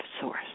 source